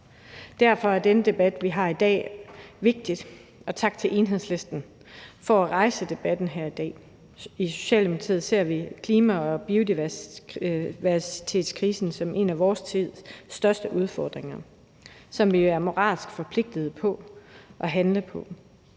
Derfor er denne debat, vi har dag, vigtig, så tak til Enhedslisten for at rejse debatten her i dag. I Socialdemokratiet ser vi klima- og biodiversitetskrisen som en af vores tids største udfordringer, som vi er moralsk forpligtet til at handle på.